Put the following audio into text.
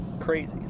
Crazy